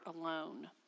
alone